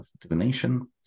divination